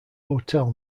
hotel